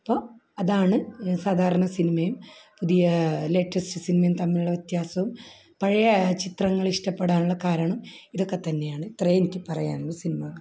അപ്പം അതാണ് സാധാരണ സിനിമയും പുതിയ ലേറ്റസ്റ്റ് സിനിമയും തമ്മിലുള്ള വ്യത്യാസവും പഴയ ആ ചിത്രങ്ങൾ ഇഷ്ടപ്പെടാനുള്ള കാരണവും ഇതൊക്കെ തന്നെയാണ് ഇത്രയേ എനിക്ക് പറയാനുള്ളു സിനിമകളെ കുറിച്ച്